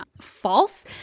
false